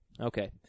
Okay